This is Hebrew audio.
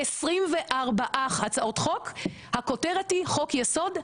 ב-24 הצעות חוק הכותרת היא חוק יסוד הממשלה,